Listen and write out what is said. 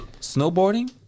snowboarding